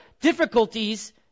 difficulties